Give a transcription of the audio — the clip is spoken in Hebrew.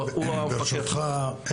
ברשותך,